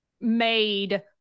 made